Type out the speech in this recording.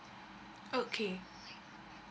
okay